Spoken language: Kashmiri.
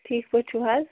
ٹھیٖک پٲٹھۍ چھُو حظ